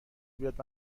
بیاد